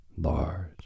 large